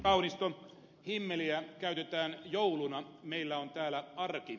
kaunisto himmeliä käytetään jouluna meillä on täällä arki